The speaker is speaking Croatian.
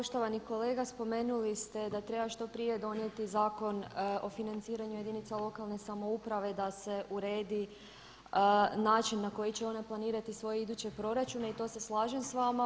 Poštovani kolega, spomenuli ste da treba što prije donijeti Zakon o financiranju jedinica lokalne samouprave da se uredi način na koji će one planirati svoje iduće proračune i to se slažem s vama.